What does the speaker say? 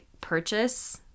purchase